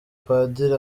padiri